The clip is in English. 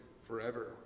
forever